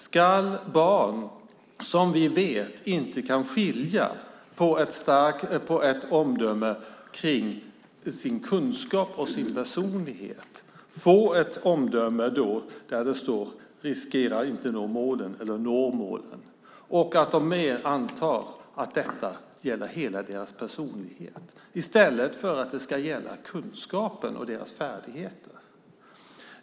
Ska barn som vi vet inte kan skilja på ett omdöme om deras kunskap eller deras personlighet få ett omdöme där det står "riskerar att inte nå målen" eller "når målen", det vill säga där de kan anta att detta gäller hela deras personlighet i stället för deras kunskaper och färdigheter?